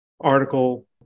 article